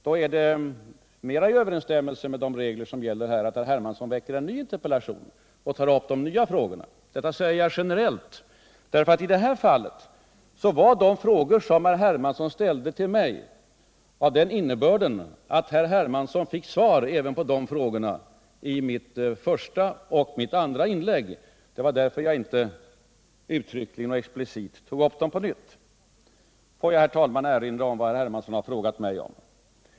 Det är mera i överensstämmelse med de regler som gäller här att herr Hermansson framställer en ny interpellation och tar de nya frågorna. Detta säger jag generellt, för i det här fallet hade de frågor som herr Hermansson ställde en sådan innebörd att han fick svar även på dem i mitt första och mitt andra inlägg; det var därför jag inte uttryckligen och explicit tog upp dem på nytt. Får jag, herr talman, erinra om vad herr Hermansson har frågat: ”1.